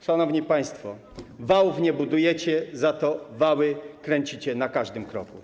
Szanowni państwo, wałów nie budujecie, za to wały kręcicie na każdym kroku.